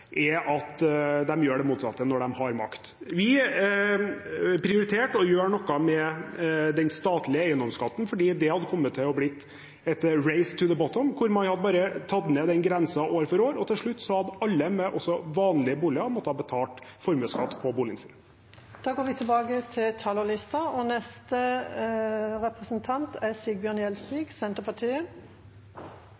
at de gjør det motsatte når de har makt. Vi prioriterte å gjøre noe med den statlige eiendomsskatten, for det hadde kommet til å bli «a race to the bottom», hvor man hadde senket den grensen år for år. Til slutt hadde alle med vanlige boliger også måttet betale formuesskatt på boligen sin. Replikkordskiftet er omme. Vi har stått i et helt ekstraordinært år for folk og